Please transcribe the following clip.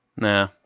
Nah